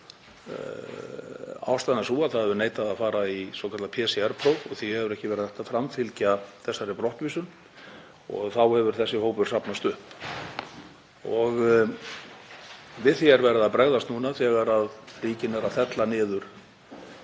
ástæðan sú að það hefur neitað að fara í svokallað PCR-próf og því hefur ekki verið hægt að framfylgja brottvísun. Þá hefur þessi hópur safnast upp og við því er verið að bregðast núna þegar ríkið er að fella niður